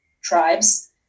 tribes